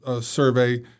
Survey